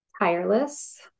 tireless